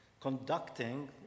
Conducting